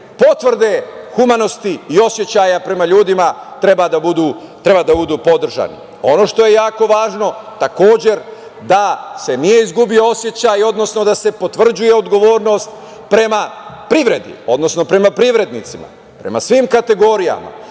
potvrde humanosti i osećaja prema ljudima treba da budu podržani. Ono što je jako važno jeste da se nije izgubio osećaj, odnosno da se potvrđuje odgovornost prema privredi, odnosno prema privrednicima, prema svim kategorijama.